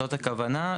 זוהי הכוונה.